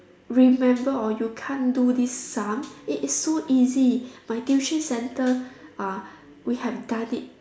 remember or you can't do this sum it is so easy my tuition centre uh we have done it